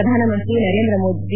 Pradhan Mantri Narendra Modi